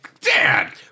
Dad